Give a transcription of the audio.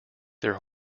their